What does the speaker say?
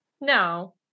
No